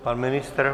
Pan ministr?